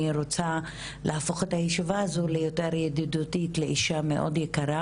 אני עדיין זוכרת את הדיון שקיימנו ב-2018,